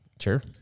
Sure